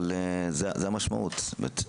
אבל זאת המשמעות.